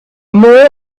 more